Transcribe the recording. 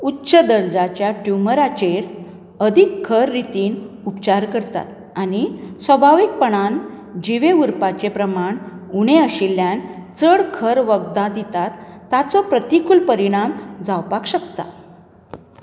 उच्च दर्ज्याच्या ट्युमराचेर अदीक खर रितीन उपचार करतात आनी सभावीकपणान जिवें उरपाचें प्रमाण उणें आशिल्ल्यान चड खर वखदां दितात ताचो प्रतिकूल परिणाम जावपाक शकता